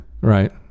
Right